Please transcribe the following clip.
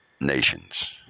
nations